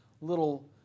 little